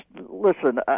listen –